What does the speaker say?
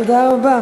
תודה.